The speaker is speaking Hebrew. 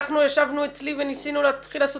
הלכנו ישבנו אצלי וניסינו להתחיל לעשות